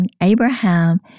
Abraham